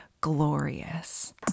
glorious